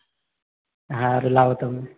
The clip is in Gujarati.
સારું લાવો તમે